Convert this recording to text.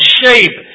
shape